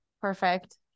Perfect